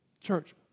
Church